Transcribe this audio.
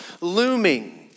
looming